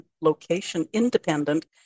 location-independent